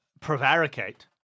prevaricate